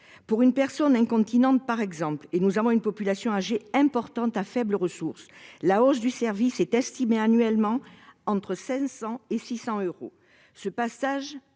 Pour une personne incontinente, par exemple- nous avons une population âgée importante à faibles ressources -, la hausse du service est estimée annuellement entre 500 euros et 600 euros. Ce passage